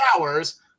hours